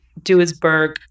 Duisburg